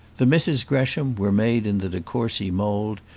the misses gresham were made in the de courcy mould,